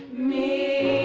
me